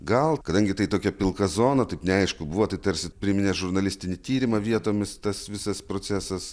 gal kadangi tai tokia pilka zona taip neaišku buvo tai tarsi priminė žurnalistinį tyrimą vietomis tas visas procesas